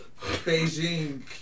Beijing